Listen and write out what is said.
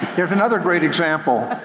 there's another great example.